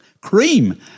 cream